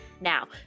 Now